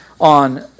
on